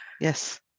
yes